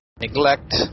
neglect